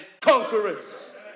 conquerors